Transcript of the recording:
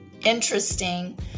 interesting